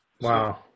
Wow